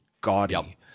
gaudy